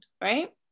right